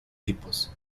tipos